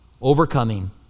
overcoming